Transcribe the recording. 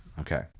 Okay